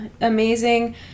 Amazing